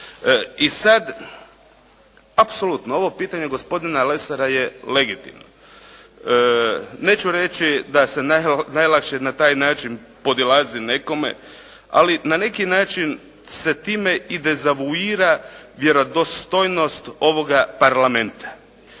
I sad, apsolutno, ovo pitanje gospodina Lesara je legitimno. Neću reći da se najlakše na taj način podilazi nekome, ali na neki način se time i dezavuira vjerodostojnost ovoga Parlamenta.